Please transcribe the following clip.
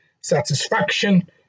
satisfaction